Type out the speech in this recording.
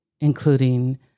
including